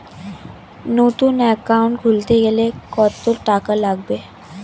নতুন একাউন্ট খুলতে গেলে কত টাকা লাগবে?